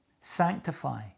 Sanctify